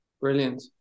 Brilliant